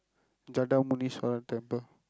JadaMunneswaran temple